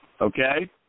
Okay